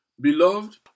Beloved